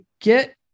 get